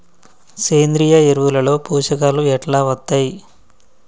సేంద్రీయ ఎరువుల లో పోషకాలు ఎట్లా వత్తయ్?